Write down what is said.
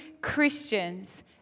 Christians